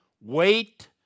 wait